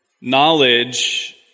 Knowledge